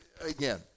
again